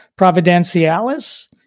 Providencialis